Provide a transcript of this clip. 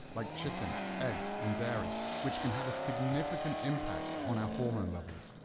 like chicken, eggs, and dairy, which can have a significant impact on our hormone levels.